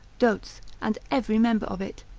dotes, and every member of it,